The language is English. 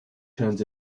turns